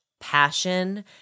passion